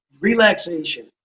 relaxation